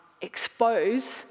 expose